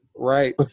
Right